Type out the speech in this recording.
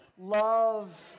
love